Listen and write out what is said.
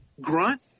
grunt